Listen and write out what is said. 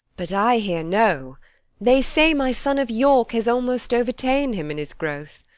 but i hear no they say my son of york has almost overta'en him in his growth.